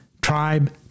tribe